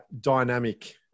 dynamic